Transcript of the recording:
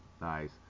nice